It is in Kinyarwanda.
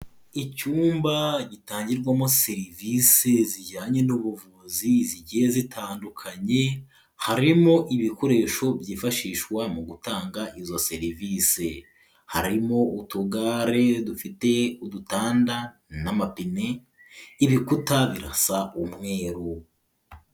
Icyumba gitangirwamo serivisi zijyanye n'ubuvuzi zigiye zitandukanye, harimo ibikoresho byifashishwa mu gutanga izo serivisi, harimo utugare dufite udutanda n'amapine ibikuta birasa umweru.